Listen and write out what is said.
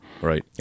Right